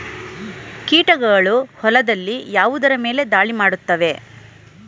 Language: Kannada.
ಕೀಟಗಳು ಹೊಲದಲ್ಲಿ ಯಾವುದರ ಮೇಲೆ ಧಾಳಿ ಮಾಡುತ್ತವೆ?